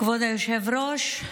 כבוד היושב-ראש,